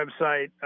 website